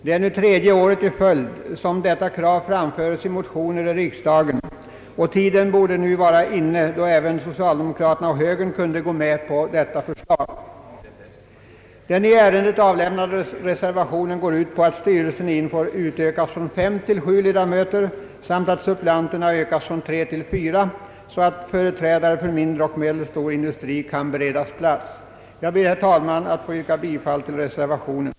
Det är nu tredje året i följd som detta krav framföres i motioner i riksdagen, och tiden borde nu vara inne då även socialdemokraterna och högern kunde gå med på detta förslag. Den i ärendet avlämnade reservationen går ut på att styrelsen i INFOR utökas från fem till sju ledamöter samt att suppleanterna ökas från tre till fyra, så att företrädare för mindre och medelstor industri kunde beredas plats. Herr talman! Jag ber att få yrka bifall till reservation a.